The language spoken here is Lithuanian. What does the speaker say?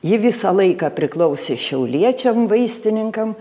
ji visą laiką priklausė šiauliečiam vaistininkam